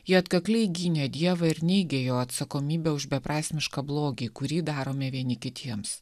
ji atkakliai gynė dievą ir neigė jo atsakomybę už beprasmišką blogį kurį darome vieni kitiems